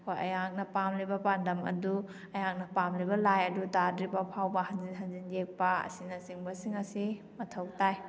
ꯍꯣꯏ ꯑꯩꯍꯥꯛꯅ ꯄꯥꯝꯂꯤꯕ ꯄꯥꯟꯗꯝ ꯑꯗꯨ ꯑꯩꯍꯥꯛꯅ ꯄꯥꯝꯂꯤꯕ ꯂꯥꯏ ꯑꯗꯨ ꯇꯥꯗ꯭ꯔꯤꯕꯐꯥꯎꯕ ꯍꯟꯖꯤꯟ ꯍꯟꯖꯤꯟ ꯌꯦꯛꯄ ꯑꯁꯤꯅꯆꯤꯡꯕꯁꯤꯡ ꯑꯁꯤ ꯃꯊꯧ ꯇꯥꯏ